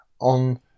on